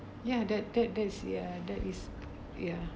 ya that that that's ya that is ya